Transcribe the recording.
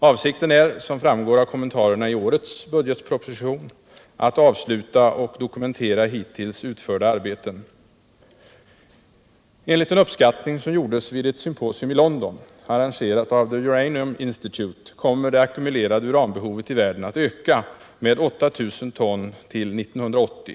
Avsikten är — som framgår av kommentarerna i årets budgetproposition — att avsluta och dokumentera hittills utförda arbeten. Enligt en uppskattning som kungjordes vid ett symposium i London, arrangerat av The Uranium Institute, kommer det ackumulerade uranbehovet i världen att öka med 8 000 ton till år 1980.